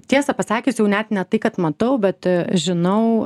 tiesą pasakius jau net ne tai kad matau bet žinau